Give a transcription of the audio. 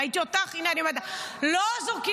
ראיתי אותך, הינה, אני אומרת לך, לא זורקים.